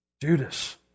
Judas